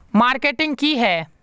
Marketing की है?